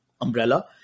umbrella